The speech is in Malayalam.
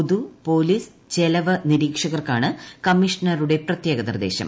പൊതു പോലീസ് ചെലവ് നിരീക്ഷകർക്കാണ് കമ്മീഷണറുടെ പ്രത്യേക നിർദ്ദേശം